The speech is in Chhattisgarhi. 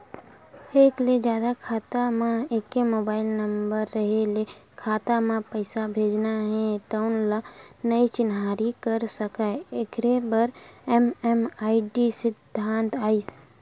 एक ले जादा खाता म एके मोबाइल नंबर रेहे ले खाता म पइसा भेजना हे तउन ल नइ चिन्हारी कर सकय एखरे बर एम.एम.आई.डी सिद्धांत आइस